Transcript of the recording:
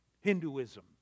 Hinduism